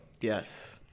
Yes